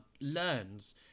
learns